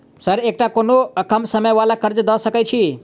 Sir एकटा कोनो कम समय वला कर्जा दऽ सकै छी?